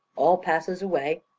all passes away,